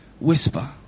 whisper